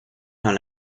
dans